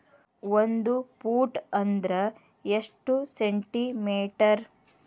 ಒಂದು ಫೂಟ್ ಅಂದ್ರ ಎಷ್ಟು ಸೆಂಟಿ ಮೇಟರ್?